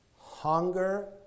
hunger